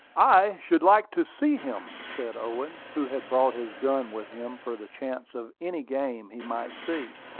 i should like to see him, said owen, who had brought his gun with him for the chance of any game he might see.